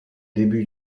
débuts